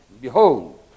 Behold